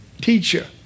teacher